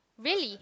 really